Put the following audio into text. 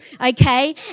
Okay